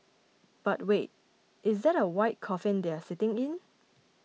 but wait is that a white coffin they are sitting in